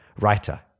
writer